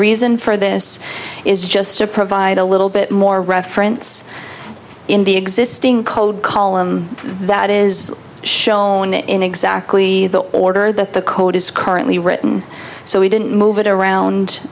reason for this is just to provide a little bit more reference in the existing code column that is shown in exactly the order that the code is currently written so we didn't move it around